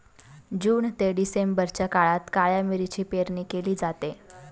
जून ते डिसेंबरच्या काळात काळ्या मिरीची पेरणी केली जाते